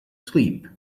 sleep